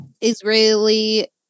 Israeli